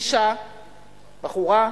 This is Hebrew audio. אשה, בחורה,